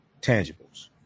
tangibles